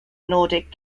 nordic